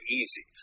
easy